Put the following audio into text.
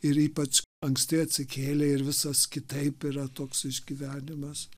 ir ypač anksti atsikėlei ir visas kitaip yra toks išgyvenimas